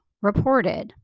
reported